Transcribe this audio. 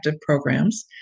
programs